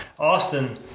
Austin